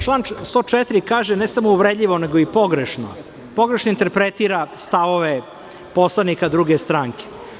Član 104. kaže da ne samo uvredljivo, nego i pogrešno, pogrešno interpretira stavove poslanika druge stranke.